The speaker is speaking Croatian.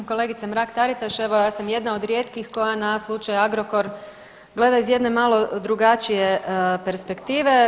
Kolegice Mrak-Taritaš, evo ja sam jedna od rijetkih koja na slučaj Agrokor gleda iz jedne malo drugačije perspektive.